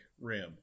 Rim